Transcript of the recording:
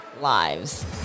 lives